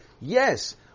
yes